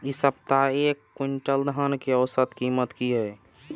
इ सप्ताह एक क्विंटल धान के औसत कीमत की हय?